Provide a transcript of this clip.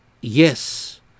yes